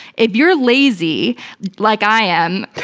if you're lazy like i am.